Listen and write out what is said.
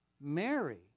Mary